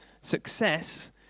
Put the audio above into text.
Success